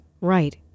Right